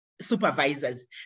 supervisors